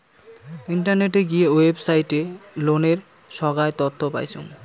ইন্টারনেটে গিয়ে ওয়েবসাইটে লোনের সোগায় তথ্য পাইচুঙ